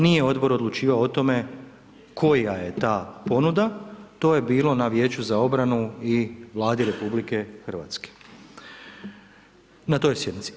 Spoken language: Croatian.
Nije Odbor odlučivao o tome koja je ta ponuda, to je bilo na vijeću za obranu i Vladi RH na toj sjednici.